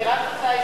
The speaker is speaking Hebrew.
אני רק רוצה,